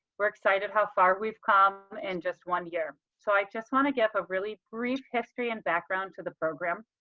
we're excited how far we've come in and just one year. so, i just want to get a really read history and background to the program.